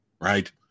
right